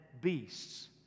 beasts